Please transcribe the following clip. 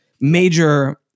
major